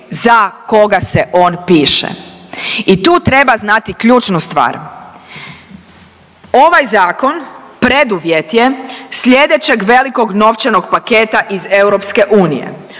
za koga se on piše. I tu treba znati ključnu stvar. Ovaj zakon preduvjet je slijedećeg velikog novčanog paketa iz EU.